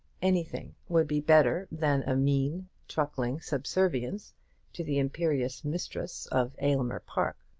anything would be better than a mean, truckling subservience to the imperious mistress of aylmer park.